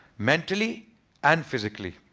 mentally and physically.